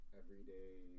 everyday